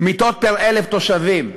מיטות פר-1,000 תושבים,